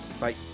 Bye